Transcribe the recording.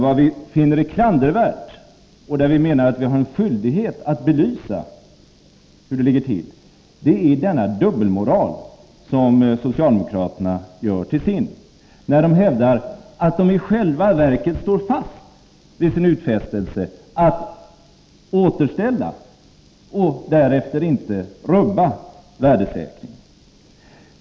Vad vi finner klandervärt och vad vi menar att vi har en skyldighet att belysa är den dubbelmoral som socialdemokraterna gör till sin när de hävdar att de i själva verket står fast vid sin utfästelse att återställa och därefter inte rubba värdesäkringen.